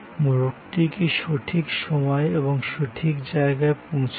মোড়কটি কী সঠিক সময়ে এবং সঠিক জায়গায় পৌঁছবে